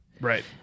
right